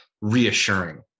reassuring